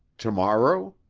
tomorrow?